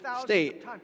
state